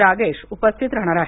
रागेश उपस्थित राहणार आहेत